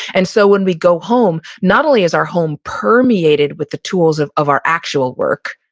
and so when we go home not only is our home permeated with the tools of of our actual work,